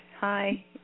Hi